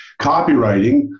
copywriting